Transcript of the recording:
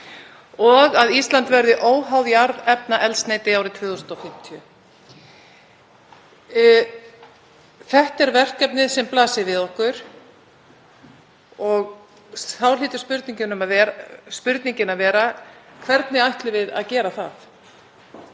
og að Ísland verði óháð jarðefnaeldsneyti árið 2050. Þetta er verkefnið sem blasir við okkur og þá hlýtur spurningin að vera: Hvernig ætlum við að gera það?